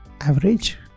average